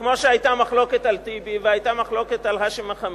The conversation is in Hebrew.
וכמו שהיתה מחלוקת על טיבי והיתה מחלוקת על האשם מחאמיד,